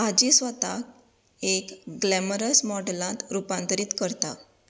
आजी स्वताक एक ग्लॅमरस मॉडेलांत रूपांतरीत करता